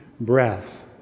breath